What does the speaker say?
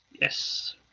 Yes